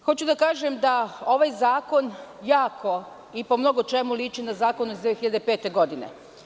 Hoću da kažem da ovaj zakon jako i po mnogo čemu liči na zakon iz 2005. godine.